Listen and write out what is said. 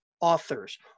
authors